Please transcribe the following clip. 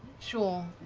sure.